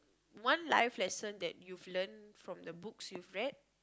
one life lesson that you've learned from the books you've read